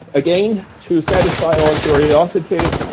again, to satisfy our curiosity,